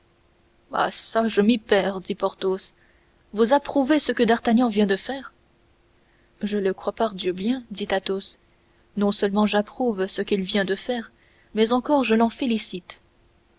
ah çà je m'y perds dit porthos vous approuvez ce que d'artagnan vient de faire je le crois parbleu bien dit athos non seulement j'approuve ce qu'il vient de faire mais encore je l'en félicite